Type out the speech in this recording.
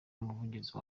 umuvugizi